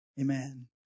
Amen